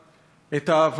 את קולה של המחשבה,